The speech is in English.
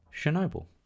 Chernobyl